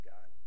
God